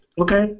Okay